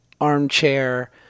armchair